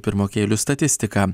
pirmokėlių statistika